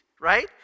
right